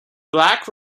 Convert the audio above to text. black